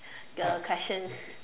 the questions